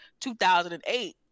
2008